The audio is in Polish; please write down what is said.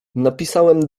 napisałem